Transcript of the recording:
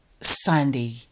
Sunday